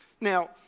Now